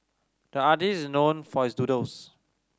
the artist is known for his doodles